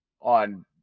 on